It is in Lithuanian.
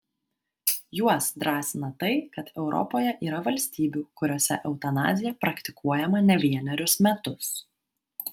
juos drąsina tai kad europoje yra valstybių kuriose eutanazija praktikuojama ne vienerius metus